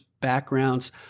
backgrounds